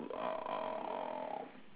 uh